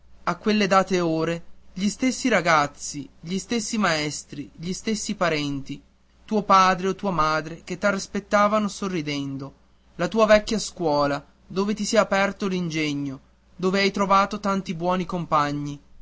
a quelle date ore gli stessi ragazzi gli stessi maestri gli stessi parenti e tuo padre o tua madre che t'aspettavano sorridendo la tua vecchia scuola dove ti s'è aperto l'ingegno dove hai trovato tanti buoni compagni